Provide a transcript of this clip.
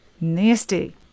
Nasty